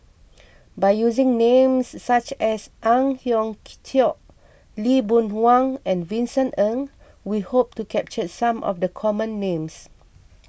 by using names such as Ang Hiong Chiok Lee Boon Wang and Vincent Ng we hope to capture some of the common names